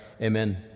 Amen